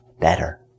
better